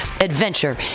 adventure